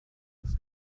dass